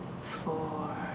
four